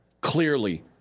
Clearly